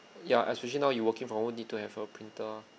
ya especially now you working from home need to have a printer